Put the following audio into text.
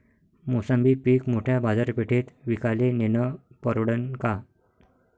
मोसंबी पीक मोठ्या बाजारपेठेत विकाले नेनं परवडन का?